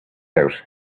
out